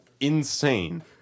Insane